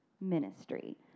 ministry